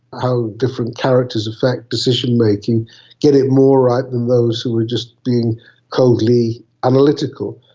how different characters affect decision-making get it more right than those who were just being coldly analytical.